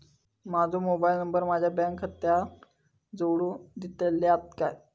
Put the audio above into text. माजो mobile number माझ्या bank खात्याक जोडून दितल्यात काय?